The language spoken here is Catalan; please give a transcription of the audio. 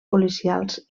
policials